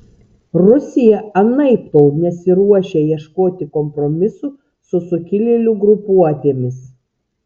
rusija anaiptol nesiruošia ieškoti kompromisų su sukilėlių grupuotėmis